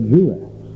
Jewess